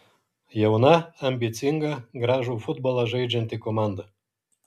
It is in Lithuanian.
jauna ambicinga gražų futbolą žaidžianti komanda